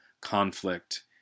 conflict